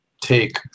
take